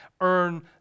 earn